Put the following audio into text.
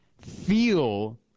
feel